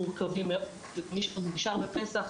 מורכבים מאוד ומי שנשאר בפסח,